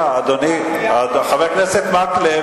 מעשה אונס מזעזע, חבר הכנסת מקלב,